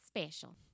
Special